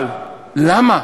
אבל למה?